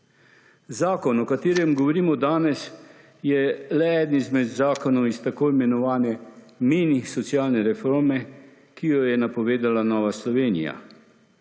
Zakon o katerem govorimo danes, je le eden izmed zakonov iz tako imenovane mini socialne reforme, ki jo je napovedala Nova Slovenija